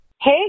hey